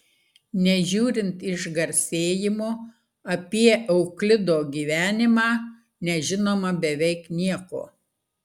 nežiūrint išgarsėjimo apie euklido gyvenimą nežinoma beveik nieko